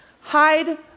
hide